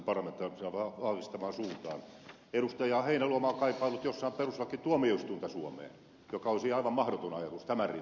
heinäluoma on kaipaillut jossain suomeen perustuslakituomioistuinta joka olisi aivan mahdoton ajatus tämän rinnalla